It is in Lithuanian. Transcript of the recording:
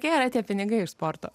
jie yra tie pinigai ir sporto